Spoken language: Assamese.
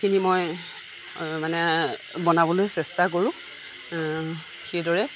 খিনি মই মানে বনাবলৈ চেষ্টা কৰোঁ সেইদৰে